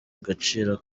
agaciro